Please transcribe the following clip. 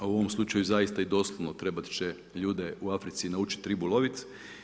A u ovom slučaju zaista i doslovno trebati će ljude u Africi naučiti ribu loviti.